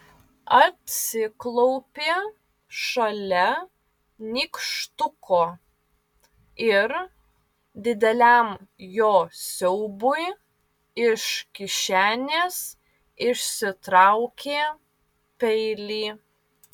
atsiklaupė šalia nykštuko ir dideliam jo siaubui iš kišenės išsitraukė peilį